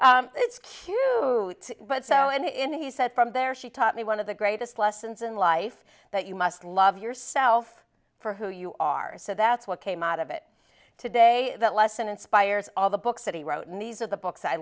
but it's cute but so and he said from there she taught me one of the greatest lessons in life that you must love yourself for who you are so that's what came out of it today that lesson inspires all the books that he wrote and these are the books i